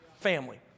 Family